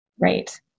Right